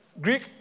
Greek